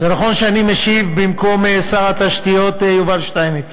נכון שאני משיב במקום שר התשתיות יובל שטייניץ.